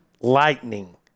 lightning